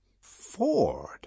Ford